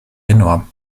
enorm